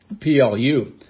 PLU